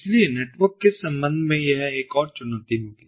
इसलिए नेटवर्क के संबंध में यह एक और चुनौती होगी